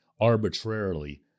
arbitrarily